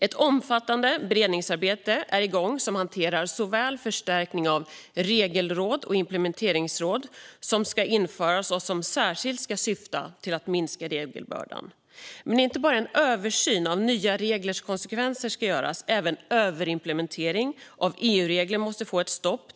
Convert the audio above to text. Ett omfattande beredningsarbete är igång som hanterar förstärkning av Regelrådet och det implementeringsråd som ska införas och särskilt ska syfta till att minska regelbördan. Men inte bara en översyn av nya reglers konsekvenser ska göras. Det är även så att överimplementeringen av EU-regler måste få ett stopp.